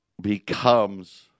becomes